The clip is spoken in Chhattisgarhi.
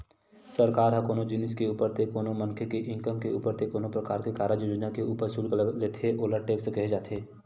सरकार ह कोनो जिनिस के ऊपर ते कोनो मनखे के इनकम के ऊपर ते कोनो परकार के कारज योजना के ऊपर सुल्क लेथे ओला टेक्स केहे जाथे